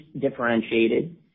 differentiated